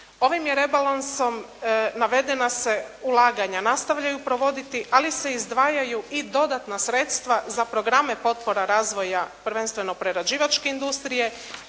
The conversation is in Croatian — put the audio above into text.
Ovim je rebalansom, navedena se ulaganja nastavljaju provoditi, ali se izdvajaju i dodatna sredstva za programe potpora razvoja, prvenstveno prerađivačke industrije